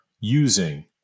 using